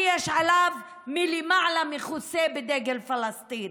כי יש עליו מלמעלה כיסוי בדגל פלסטין.